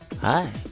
hi